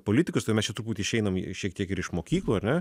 politikus tai mes čia turbūt išeinam šiek tiek ir iš mokyklų ar ne